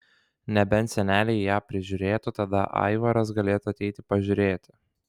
nebent seneliai ją prižiūrėtų tada aivaras galėtų ateiti pažiūrėti